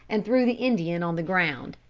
and threw the indian on the ground.